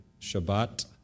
Shabbat